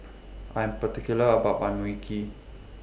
I Am particular about My Mui Kee